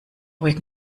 ruhig